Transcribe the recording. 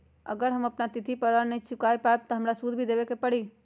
अगर हम अपना तिथि पर ऋण न चुका पायेबे त हमरा सूद भी देबे के परि?